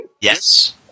Yes